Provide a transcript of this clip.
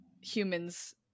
humans